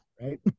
Right